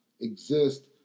exist